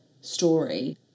story